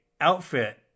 outfit